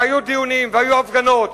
היו דיונים והיו הפגנות,